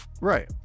right